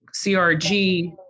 CRG